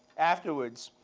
afterwards,